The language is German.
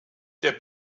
der